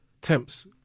temps